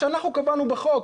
שאנחנו קבענו בחוק,